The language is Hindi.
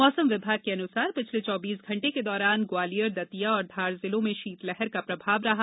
मौसम विभाग के अनुसार पिछले चौबीस घंटे के दौरान ग्वालियर दतिया और धार जिलों में शीत लहर का प्रभाव रहा